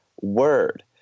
word